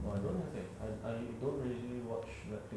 oh I don't have it I don't really watch netflix